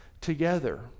together